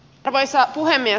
arvoisa puhemies